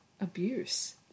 abuse